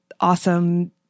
awesome